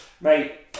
Mate